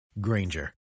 granger